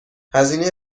هزینه